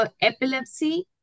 Epilepsy